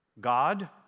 God